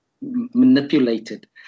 manipulated